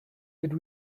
did